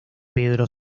pedro